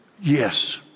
Yes